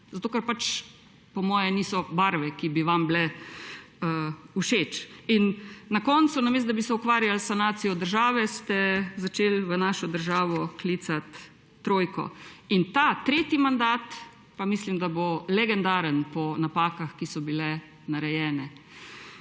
zato, ker pač niso barve, ki bi vam bila všeč. In na koncu, namesto da bi se ukvarjali s sanacijo države, ste začeli v našo državo klicati trojko. Ta, tretji mandat pa mislim, da bo legendaren po napakah, ki so bile narejene.